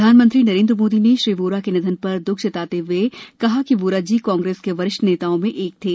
प्रधानमंत्री नरेंद्र मोदी ने श्री वोरा के निधन पर द्रख व्यक्त करते हए कहा कि वोरा जी कांग्रेस के वरिष्ठतम नेताओं में से थे